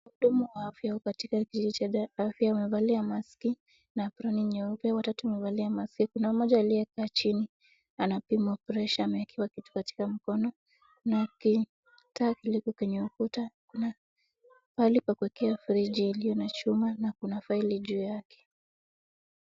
Wahudumu wa afya wako katika kituo cha afya. Wamevalia maski na aproni nyeupe. Wote watatu wamevalia maski. Kuna mmoja aliyekaa chini anapimwa pressure , amewekewa kitu katika mkono. Kuna kitabu kilicho kwenye ukuta. Kuna mahali pa kuwekea friji iliyo na chuma na kuna faili juu yake.